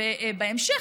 ובהמשך,